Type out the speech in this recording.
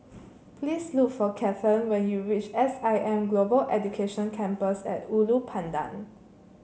please look for Kathern when you reach S I M Global Education Campus at Ulu Pandan